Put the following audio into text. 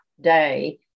day